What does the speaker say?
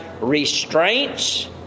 restraints